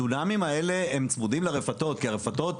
הדונמים האלה צמודים לרפתות כי הרפתות